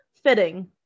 fitting